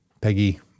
Peggy